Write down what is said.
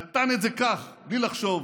נתן את זה ככה, בלי לחשוב,